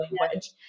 language